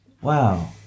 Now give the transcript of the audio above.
Wow